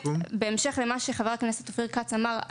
בהמשך למה שחבר הכנסת אופיר כץ אמר,